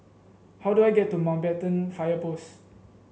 how do I get to Mountbatten Fire Post